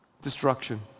destruction